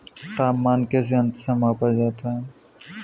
तापमान किस यंत्र से मापा जाता है?